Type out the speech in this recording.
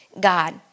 God